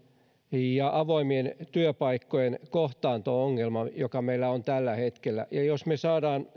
ja avoimien työpaikkojen kohtaanto ongelma joka meillä on tällä hetkellä ja jos me saamme